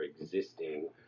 existing